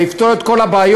זה יפתור את כל הבעיות.